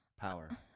Power